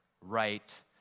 right